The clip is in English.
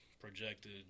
projected